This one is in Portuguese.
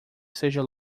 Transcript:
seja